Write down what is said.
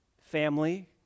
family